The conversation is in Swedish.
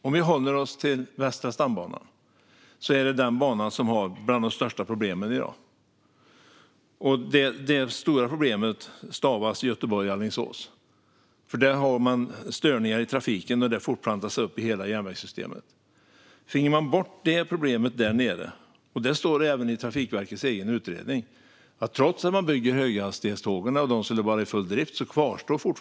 Om vi håller oss till Västra stambanan är det den banan som har bland de största problemen i dag. Det stora problemet stavas Göteborg-Alingsås, för där har man störningar i trafiken som fortplantar sig upp i hela järnvägssystemet. Det står även i Trafikverkets egen utredning att även om man byggde hastighetståg och de skulle vara i full drift skulle problemet fortfarande kvarstå.